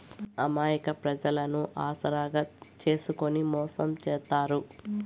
అమాయక ప్రజలను ఆసరాగా చేసుకుని మోసం చేత్తారు